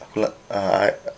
kalau uh I